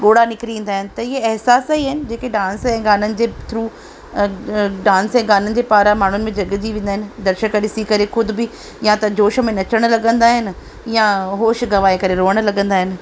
ॻोड़ा निकिरी ईंदा आहिनि त इहे अहिसास ई आहिनि कि डांस ऐं गाननि जे थ्रू डांस ऐं गाननि जे पारां माण्हुनि में जॻजी वेंदा आहिनो दर्शक ॾिसी करे ख़ुदि बि या त जोश में नचणु लॻंदा आहिनि या होश गंवाए करे रोअणु लॻंदा आहिनि